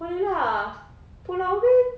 boleh lah pulau ubin